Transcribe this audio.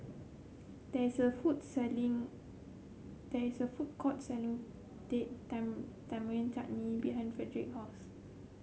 there is a food selling there is a food court selling Date Tamarind Chutney behind Fredric's house